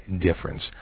difference